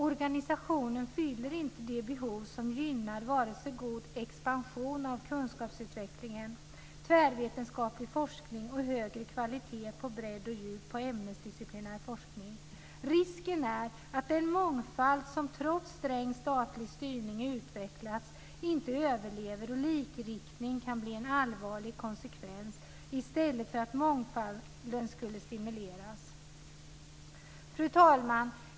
Organisationen fyller inte de behov som finns och gynnar varken god expansion av kunskapsutvecklingen, tvärvetenskaplig forskning eller högre kvalitet på bredd och djup inom ämnesdisciplinär forskning. Risken är att den mångfald som trots sträng statlig styrning utvecklats inte överlever, och likriktning kan bli en allvarlig konsekvens i stället för att mångfalden stimuleras. Fru talman!